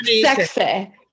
Sexy